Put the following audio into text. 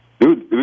Dude